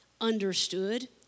understood